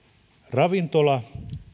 ravintola